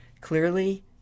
clearly